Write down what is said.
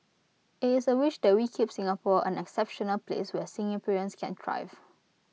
IT is A wish that we keep Singapore an exceptional place where Singaporeans can thrive